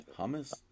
hummus